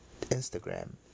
Instagram